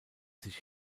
sich